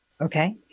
Okay